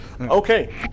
Okay